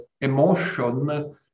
emotion